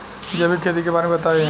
जैविक खेती के बारे में बताइ